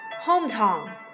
Hometown